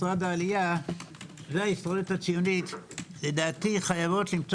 משרד העלייה וההסתדרות הציונית לדעתי חייבות למצוא